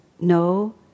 no